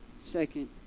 second